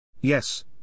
Yes